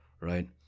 right